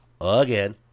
Again